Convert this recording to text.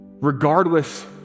Regardless